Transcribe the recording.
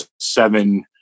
seven